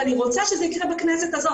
ואני רוצה שזה יקרה בכנסת הזאת.